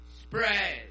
spread